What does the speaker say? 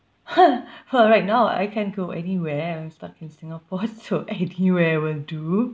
!huh! !huh! right now I can't go anywhere I'm stuck in singapore so anywhere will do